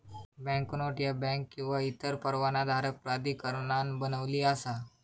banknote ह्या bank किंवा इतर परवानाधारक प्राधिकरणान बनविली असा